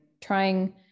Trying